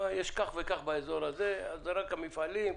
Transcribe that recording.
יש כך וכך באזור הזה אז זה רק המפעלים.